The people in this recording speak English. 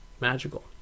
magical